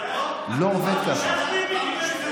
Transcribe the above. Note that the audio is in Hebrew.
איך ביבי קיבל הזדמנות?